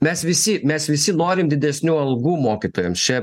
mes visi mes visi norim didesnių algų mokytojams čia